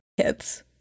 kids